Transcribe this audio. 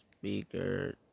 speaker